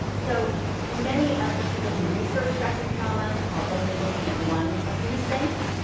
so many of the people who research stress and trauma are only looking at one of these things.